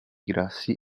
grassi